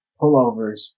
pullovers